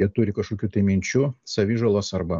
jie turi kažkokių tai minčių savižalos arba